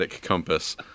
compass